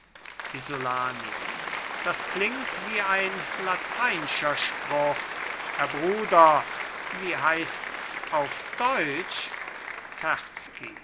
isolani das klingt wie ein lateinscher spruch herr bruder wie heißts auf deutsch